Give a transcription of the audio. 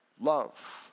Love